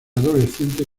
adolescente